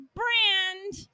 brand